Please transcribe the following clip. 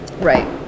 Right